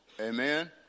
Amen